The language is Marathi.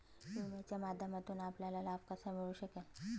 विम्याच्या माध्यमातून आपल्याला लाभ कसा मिळू शकेल?